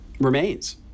remains